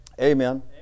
Amen